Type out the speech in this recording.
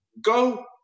go